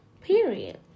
Period